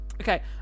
okay